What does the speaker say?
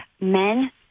men